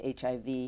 HIV